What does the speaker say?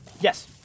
Yes